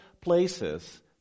places